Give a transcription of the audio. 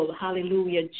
hallelujah